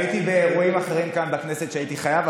הייתי באירועים אחרים כאן בכנסת שהייתי חייב,